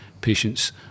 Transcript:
patients